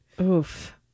Oof